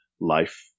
life